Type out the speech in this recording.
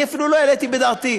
אני אפילו לא העליתי בדעתי.